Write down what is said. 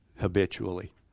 habitually